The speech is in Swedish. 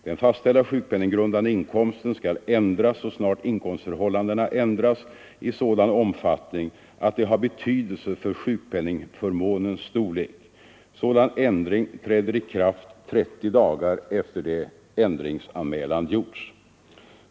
Den fastställda sjukpenninggrundande inkomsten skall ändras så snart inkomstförhållandena ändras i sådan omfattning att det har betydelse för sjukpenningförmånernas storlek. Sådan ändring träder i kraft 30 dagar efter det ändringsanmälan gjorts.